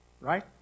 right